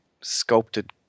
sculpted